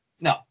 No